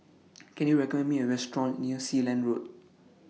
Can YOU recommend Me A Restaurant near Sealand Road